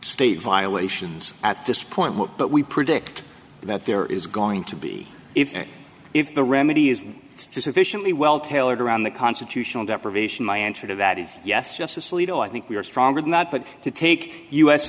state violations at this point but we predict that there is going to be if if the remedy is sufficiently well tailored around the constitutional deprivation my answer to that is yes justice alito i think we are stronger than that but to take us